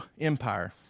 empire